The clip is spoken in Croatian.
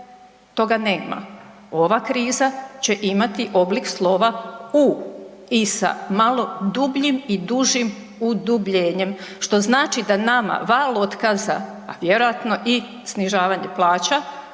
Toga nema. Ova kriza će imati oblik slova U i sa malo dubljim i dužim udubljenjem. Što znači da nama val otkaza, vjerojatno i snižavanje plaća